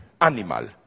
animal